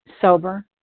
sober